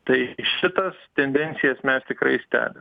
tai šitas tendencijas mes tikrai stebim